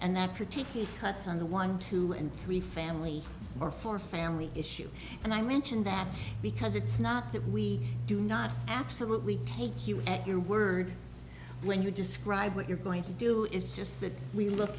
and that particular cut on the one who and three family or four family issue and i mention that because it's not that we do not absolutely take you at your word when you describe what you're going to do it's just that we look